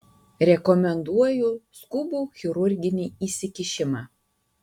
rekomenduoju skubų chirurginį įsikišimą